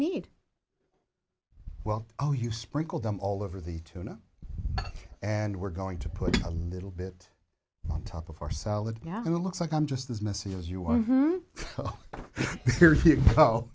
need well oh you sprinkle them all over the tuna and we're going to put a little bit on top of our salad yeah it looks like i'm just as messy as you want